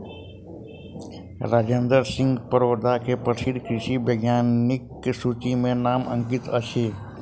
राजेंद्र सिंह परोदा के प्रसिद्ध कृषि वैज्ञानिकक सूचि में नाम अंकित अछि